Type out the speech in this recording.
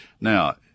Now